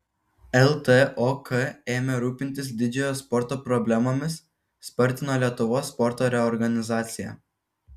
ltok ėmė rūpintis didžiojo sporto problemomis spartino lietuvos sporto reorganizaciją